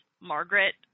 Margaret